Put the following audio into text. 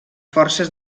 forces